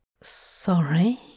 sorry